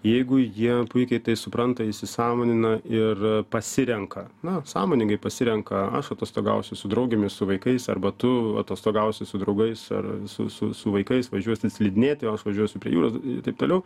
jeigu jie puikiai tai supranta įsisąmonina ir pasirenka na sąmoningai pasirenka aš atostogausiu su draugėmis su vaikais arba tu atostogausi su draugais ar su su vaikais važiuosit slidinėti o aš važiuosiu prie jūros ir taip toliau